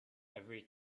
every